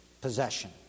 possession